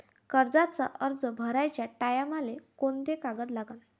कर्जाचा अर्ज भराचे टायमाले कोंते कागद लागन?